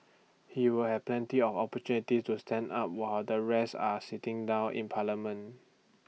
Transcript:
he will have plenty of opportunities to stand up while the rest are sitting down in parliament